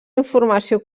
informació